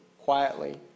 Quietly